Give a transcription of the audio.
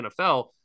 NFL